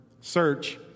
search